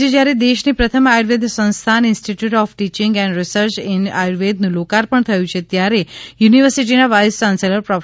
આજે જયારે દેશની પ્રથમ આયુર્વેદ સંસ્થાન institute of teaching and research in આયુર્વેદનું લોકાર્પણ થ યું છે ત્યારે યુનિર્વર્સીટીના વાઇસ યાન્સેલર પ્રો